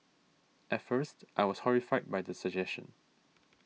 at first I was horrified by the suggestion